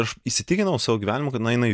aš įsitikinau savo gyvenimu kad na jinai